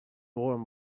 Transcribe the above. warm